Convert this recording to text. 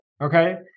okay